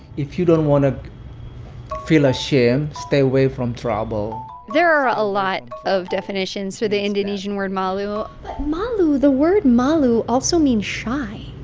if you don't want to feel ashamed, stay away from trouble there are a lot of definitions for the indonesian word malu but malu the word malu also means shy,